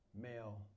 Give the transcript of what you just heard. male